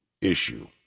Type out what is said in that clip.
issue